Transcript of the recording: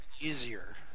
easier